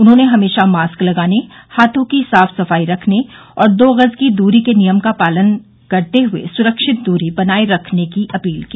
उन्होंने हमेशा मास्क लगाने हाथों की साफ सफाई रखने और दो गज की दूरी के नियम का पालन करते हुए सुरक्षित दूरी बनाए रखने की अपील की